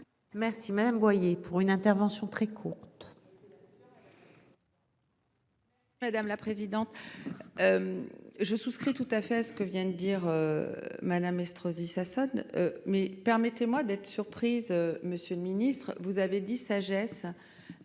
Merci madame voyez pour une intervention très courte. Madame la présidente. Je souscris tout à fait ce que vient de dire. Madame Estrosi Sassone. Mais permettez-moi d'être surprise. Monsieur le Ministre, vous avez dit sagesse.